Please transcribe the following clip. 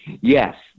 Yes